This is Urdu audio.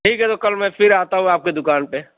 ٹھیک ہے تو کل میں پھر آتا ہوں آپ کی دُکان پہ